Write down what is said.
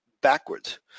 backwards